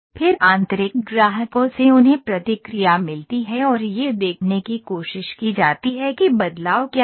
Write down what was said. फिर आंतरिक ग्राहकों से उन्हें प्रतिक्रिया मिलती है और यह देखने की कोशिश की जाती है कि बदलाव क्या है